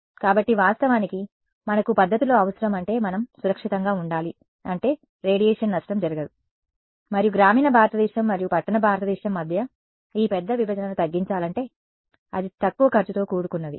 కాబట్టి వాస్తవానికి మనకు పద్ధతులు అవసరం అంటే మనం సురక్షితంగా ఉండాలి అంటే రేడియేషన్ నష్టం జరగదు మరియు గ్రామీణ భారతదేశం మరియు పట్టణ భారతదేశం మధ్య ఈ పెద్ద విభజనను తగ్గించాలంటే అది తక్కువ ఖర్చుతో కూడుకున్నది